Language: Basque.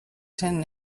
zen